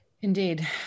Indeed